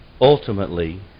Ultimately